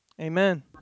Amen